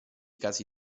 casi